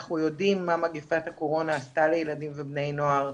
אנחנו יודעים מה מגפת הקורונה עשתה לילדים ולבני נוער.